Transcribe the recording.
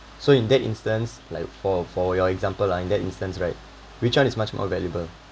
so in that instance like for for your example ah in that instance right which one is much more valuable